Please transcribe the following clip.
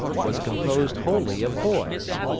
was composed wholly of boys.